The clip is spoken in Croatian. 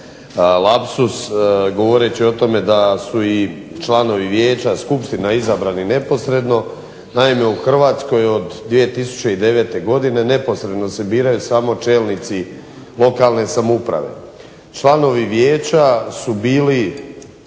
lapsus govoreći o tome da su i članovi vijeća, skupštine izabrani neposredno. Naime, u Hrvatskoj od 2009. godine neposredno se biraju samo čelnici lokalne samouprave. Članovi Vijeća su bili